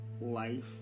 life